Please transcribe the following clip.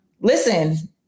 listen